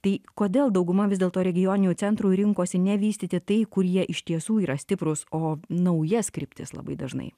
tai kodėl dauguma vis dėlto regioninių centrų rinkosi ne vystyti tai kur jie iš tiesų yra stiprūs o naujas kryptis labai dažnai